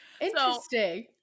interesting